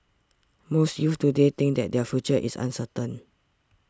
most youths today think that their future is uncertain